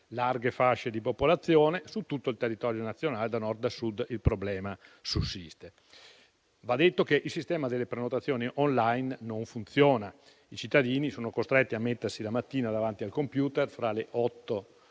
larghe fasce di popolazione su tutto il territorio nazionale, in quanto il problema sussiste da Nord a Sud. Va detto che il sistema delle prenotazioni *online* non funziona. I cittadini sono costretti a mettersi la mattina davanti al *computer* e a